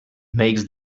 makes